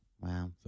Wow